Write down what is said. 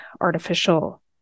artificial